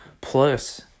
Plus